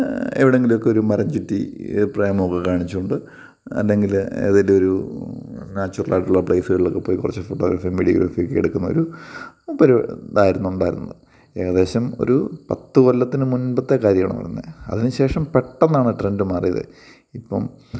എവിടെ എങ്കിലുമൊക്കെ ഒരു മരം ചുറ്റി പ്രേമമൊക്കെ കാണിച്ചു കൊണ്ട് അല്ലെങ്കിൽ അതിന്റെയൊരു നാച്ചുറലായിട്ടുള്ള പ്ലെയിസുകളിലൊക്കെ പോയി കുറച്ച് ഫോട്ടോഗ്രഫിയും വിഡ്യോഗ്രഫിയുമൊക്കെ എടുക്കുന്ന ഒരു ഇതാർന്നുണ്ടായിരുന്ന ഏകദേശം ഒരു പത്ത് കൊല്ലത്തിന് മുൻപത്തെ കാര്യമാണ് പറയുന്നത് അതിന് ശേഷം പെട്ടെന്നാണ് ട്രെൻ്റ് മാറിയത് ഇപ്പം